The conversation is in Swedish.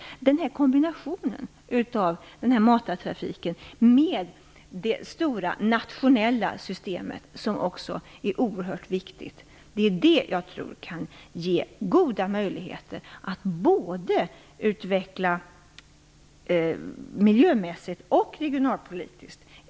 Det är den här kombinationen av matartrafik och det stora nationella systemet som är oerhört viktigt. Jag tror att det kan ge goda möjligheter att utveckla en bra godstrafik både miljömässigt och regionalpolitiskt.